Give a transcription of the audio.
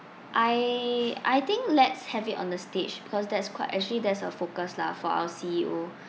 I I think let's have it on the stage because that's quite actually that's the focus lah for our C_E_O